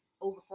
over